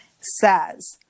says